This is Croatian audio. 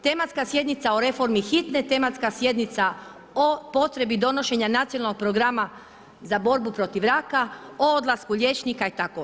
Tematska sjednica o reformi Hitne, tematska sjednica o potrebi donošenja nacionalnog programa za borbu protiv raka, o odlasku liječnika i tako.